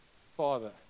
Father